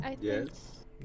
Yes